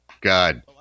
God